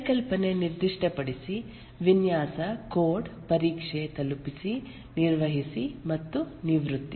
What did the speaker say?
ಪರಿಕಲ್ಪನೆ ನಿರ್ದಿಷ್ಟಪಡಿಸಿ ವಿನ್ಯಾಸ ಕೋಡ್ ಪರೀಕ್ಷೆ ತಲುಪಿಸಿ ನಿರ್ವಹಿಸಿ ಮತ್ತು ನಿವೃತ್ತಿ